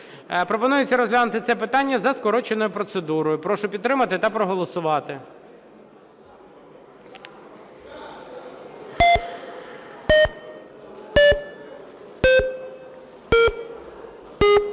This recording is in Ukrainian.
Пропонується розглянути це питання за скороченою процедурою. Прошу підтримати та проголосувати.